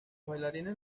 bailarines